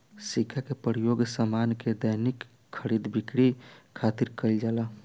सिक्का के प्रयोग सामान के दैनिक खरीद बिक्री खातिर कईल जाला